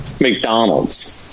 McDonald's